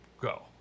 go